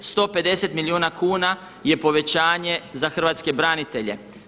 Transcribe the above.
150 milijuna kuna je povećanje za hrvatske branitelje.